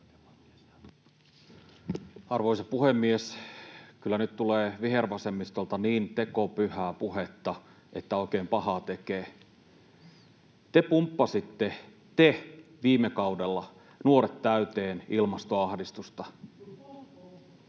Arvoisa puhemies! Kyllä nyt tulee vihervasemmistolta niin tekopyhää puhetta, että oikein pahaa tekee. Te pumppasitte — te — viime kaudella nuoret täyteen ilmastoahdistusta,